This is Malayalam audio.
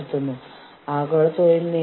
ഇത് ജീവനക്കാരെ ബാധിച്ചേക്കാം